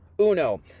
uno